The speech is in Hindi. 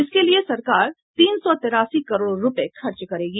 इसके लिए सरकार तीन सौ तेरासी करोड़ रूपये खर्च करेगी